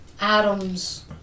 atoms